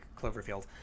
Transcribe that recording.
Cloverfield